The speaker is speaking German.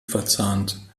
verzahnt